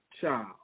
child